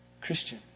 Christian